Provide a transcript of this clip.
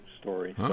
story